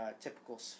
typical